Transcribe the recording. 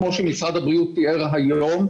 כמו שמשרד הבריאות תיאר היום,